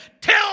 tell